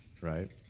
right